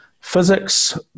physics